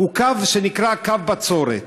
הוא קו שנקרא קו בצורת.